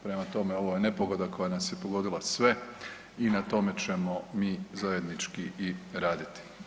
Prema tome, ovo je nepogoda koja nas je pogodila sve i na tome ćemo mi zajednički i raditi.